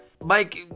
Mike